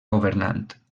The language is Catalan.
governant